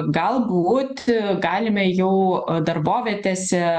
galbūt galime jau darbovietėse